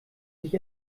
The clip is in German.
sich